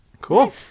Cool